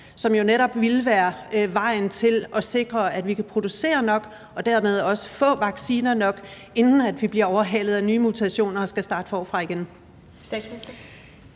jo netop ville være vejen til at sikre, at vi kunne producere nok og dermed også få vacciner nok, inden vi bliver overhalet af nye mutationer og skal starte forfra igen?